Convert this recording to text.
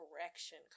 correction